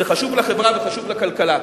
זה חשוב לחברה וחשוב לכלכלה.